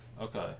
Okay